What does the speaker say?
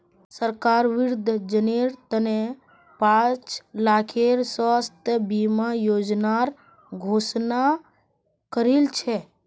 सरकार वृद्धजनेर त न पांच लाखेर स्वास्थ बीमा योजनार घोषणा करील छ